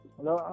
Hello